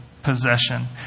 possession